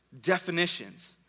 definitions